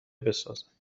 بسازند